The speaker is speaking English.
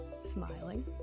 smiling